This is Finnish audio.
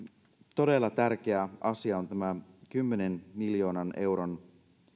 todella tärkeä asia on tämä kymmenen miljoonan euron